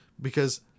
because-